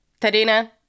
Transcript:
Tadina